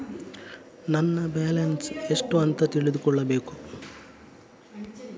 ನನ್ನ ಬ್ಯಾಲೆನ್ಸ್ ಎಷ್ಟು ಅಂತ ತಿಳಿದುಕೊಳ್ಳಬೇಕು?